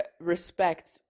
respect